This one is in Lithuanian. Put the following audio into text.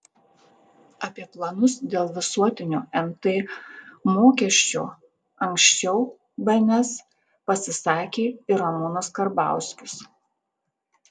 apie planus dėl visuotinio nt mokesčio anksčiau bns pasisakė ir ramūnas karbauskis